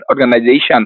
Organization